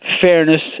fairness